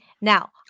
Now